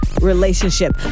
relationship